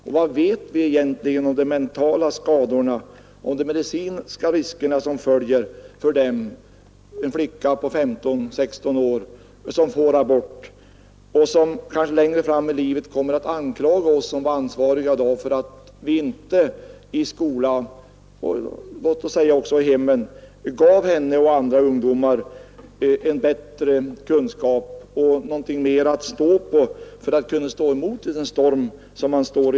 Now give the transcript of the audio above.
Och vad vet vi egentligen om de mentala skadorna och de medicinska riskerna för en flicka på 15—16 år som får abort? Längre fram i livet kanske hon kommer att anklaga oss, som i dag är ansvariga, för att vi inte i skola och hem gav henne och andra ungdomar bättre kunskap och fastare underlag att stå på för att klara de stormar som i dag blåser.